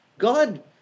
God